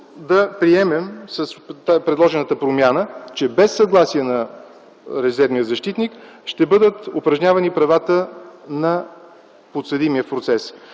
да приемем с предложената промяна, че без съгласие на резервния защитник ще бъдат упражнявани правата на подсъдимия в процеса?